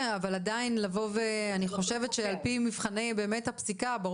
על פי מבחני הפסיקה,